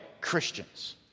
Christians